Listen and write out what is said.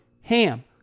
HAM